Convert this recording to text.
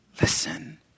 Listen